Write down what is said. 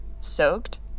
Soaked